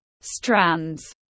Strands